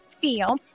feel